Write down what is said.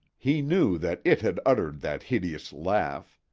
he knew that it had uttered that hideous laugh.